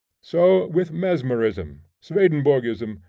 so with mesmerism, swedenborgism,